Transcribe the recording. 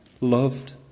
Loved